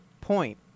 point